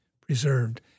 preserved